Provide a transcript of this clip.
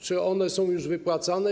Czy one są już wypłacane?